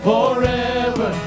Forever